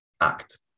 act